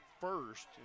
first